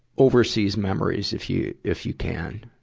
overseas memories, if you, if you can.